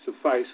suffice